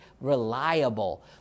reliable